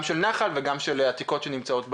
גם של נחל וגם של עתיקות שנמצאות,